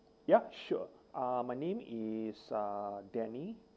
ya sure uh my name is uh danny